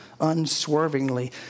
unswervingly